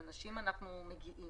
לנשים אנחנו מגיעים.